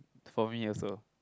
for me also